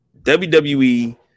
WWE